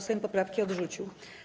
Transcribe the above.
Sejm poprawki odrzucił.